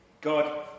God